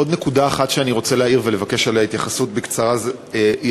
עוד נקודה שאני רוצה להעיר ולבקש התייחסות קצרה אליה היא